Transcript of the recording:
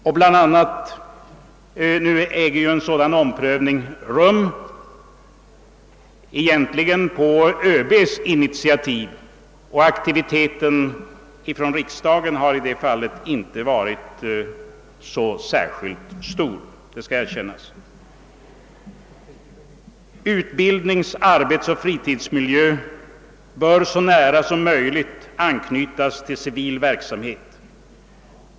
Utbildnings-, arbetsoch fritidsmiljön bör så långt det är möjligt utformas i enlighet med civila förhållanden.